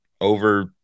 over